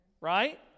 right